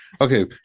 Okay